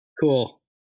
Cool